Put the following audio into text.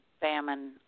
famine